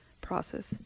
process